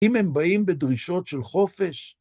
אם הם באים בדרישות של חופש,